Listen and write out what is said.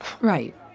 Right